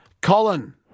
Colin